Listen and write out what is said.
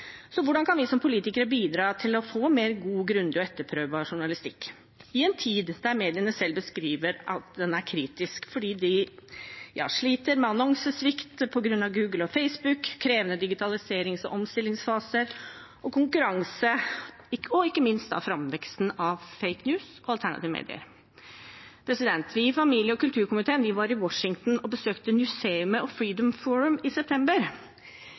Så hvordan kan vi som politikere bidra til å få mer god, grundig og etterprøvbar journalistikk i en tid mediene selv beskriver som kritisk fordi de sliter med annonsesvikt på grunn av Google og Facebook, krevende digitaliserings- og omstillingsfaser og ikke minst framveksten av «fake news» og alternative medier? Vi i familie- og kulturkomiteen var i september i Washington og besøkte Newseum og Freedom Forum.